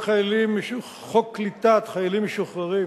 חוק קליטת חיילים משוחררים